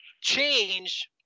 change